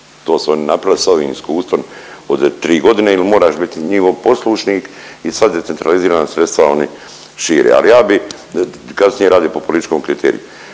To su oni napravili s ovim iskustvom od 3 godine jer moraš biti njihov poslušnik i sva decentralizirana sredstva oni šire, ali ja bi, kasnije rade po političkom kriteriju.